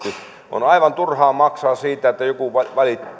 on on aivan turhaa maksaa siitä että joku valittaa